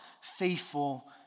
faithful